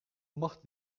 macht